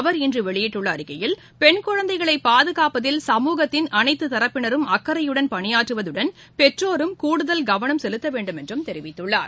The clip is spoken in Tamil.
அவர் இன்று வெளியிட்டுள்ள அறிக்கையில் பெண் குழந்தைகளை பாதுகாப்பதில் சமூகத்தின் அனைத்து தரப்பினரும் அக்கறையுடன் பணியாற்றுவதுடன் பெற்றோர்களும் கூடுதல் கவனம் செலுத்த வேண்டும் என்று தெரிவித்துள்ளார்